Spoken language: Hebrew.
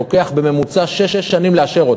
לוקח בממוצע שש שנים לאשר.